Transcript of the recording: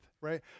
right